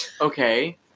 Okay